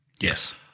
Yes